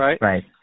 right